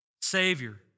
Savior